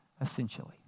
essentially